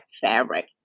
fabric